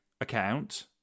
account